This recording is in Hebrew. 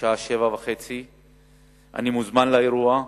בשעה 19:30. אני מוזמן לאירוע.